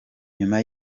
nyuma